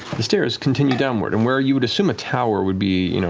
the stairs continue downward, and where you would assume a tower would be, you know,